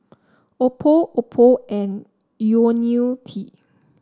Oppo Oppo and IoniL T